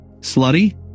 Slutty